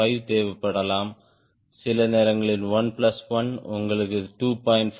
5 தேவைப்படலாம் சில நேரங்களில் 1 பிளஸ் 1 உங்களுக்கு 2